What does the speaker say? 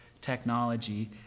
technology